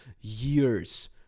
years